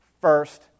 first